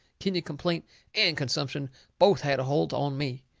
kidney complaint and consumption both had a holt on me.